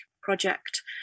project